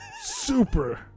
Super